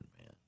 man